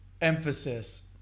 emphasis